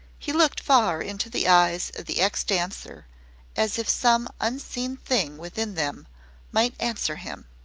he looked far into the eyes of the ex-dancer as if some unseen thing within them might answer him.